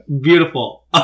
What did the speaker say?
Beautiful